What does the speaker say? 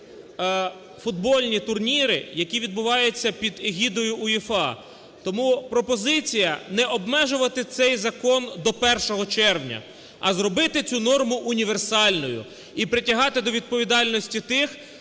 Тому пропозиція: не обмежувати цей закон до 1 червня, а зробити цю норму універсальною, і притягати до відповідальності тих,